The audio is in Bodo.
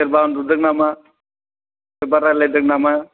सोरबा उन्दुदों नामा सोरबा रालायदों नामा